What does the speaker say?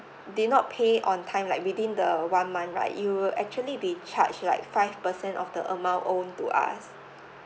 did not pay on time like within the one month right you will actually be charged like five percent of the amount owned to us